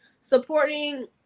supporting